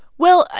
well, ah